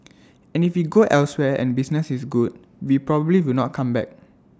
and if we go elsewhere and business is good we probably will not come back